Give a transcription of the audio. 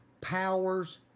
powers